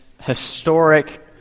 historic